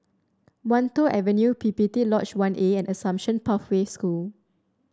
Wan Tho Avenue P P T Lodge One A and Assumption Pathway School